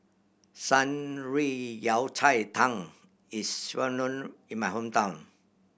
Shan Rui Yao Cai Tang is well known in my hometown